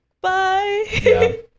bye